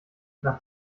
nach